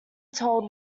told